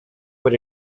put